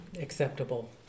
acceptable